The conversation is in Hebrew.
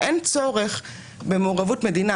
אין צורך במעורבות המדינה,